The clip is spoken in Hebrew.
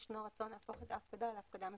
יש רצון להפוך את ההפקדה להפקדה מקוונת.